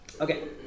okay